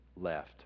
left